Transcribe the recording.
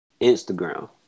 Instagram